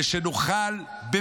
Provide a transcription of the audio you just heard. למה?